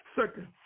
Second